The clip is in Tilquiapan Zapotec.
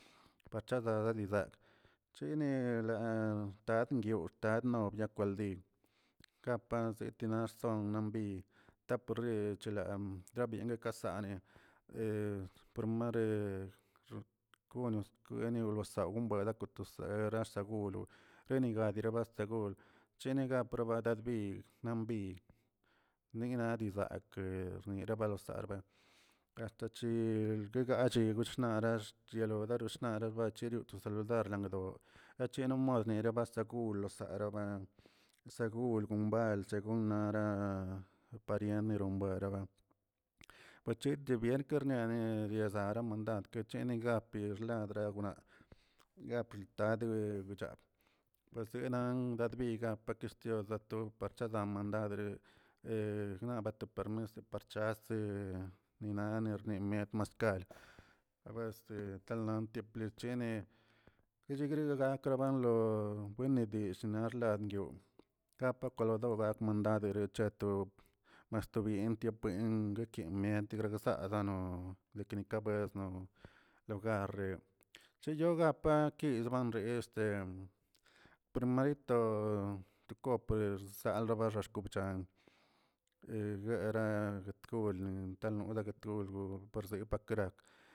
Archazadiza chiner xtadngyu xtadno kwaldyi, ka pan zitnax gonnambi taparnich ganiene kasaa por mare gono lewsaliu lakotosera laa gonoro yeniga guedibas chenigopro dadbir bid nigna di zag rnira balosal hasta chi rguegachi narax roradoxnar tachero loskan raldrangon rachero moldni mastagul peroba segul gumba chegunara parien nerubueraba, guchiterbienker na ne nierzaro dat kechini nat biexladrawka gaplitade pakienan biga parketoxa to parchadama gnaba to permis parchase ninamit miert maskal, talamtiachini yichigri nigrapno tanlo enedill xlannyuu gapa goloda gat daa derecheto axta bientubi nguiki mient garabazaa bzano mi kabesno lugare shi yoo gape kirzban de este primarito xkopers danla bara xkom eguera golni tal taguitolgo zee pakrarkə.